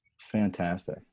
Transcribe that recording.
Fantastic